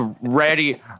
ready